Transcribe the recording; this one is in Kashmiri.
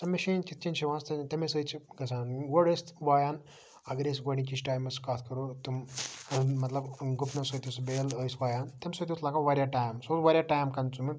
سۄ مِشیٖن کِتھ کنۍ چھِ یِوان تمے سۭتۍ چھ گَژھان گۄڈٕ ٲسۍ وایان اگر أسۍ گۄڈنِکِس ٹایمَس کتھ کرو تِم مَطلَب گُپنَن سۭتۍ یُس بیل ٲسۍ وایان تمہِ سۭتۍ اوس لَگان واریاہ ٹایِم سُہ اوس واریاہ ٹایِم کَنزیوٗمِنٛگ